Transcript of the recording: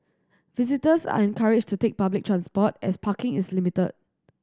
visitors are encouraged to take public transport as parking is limited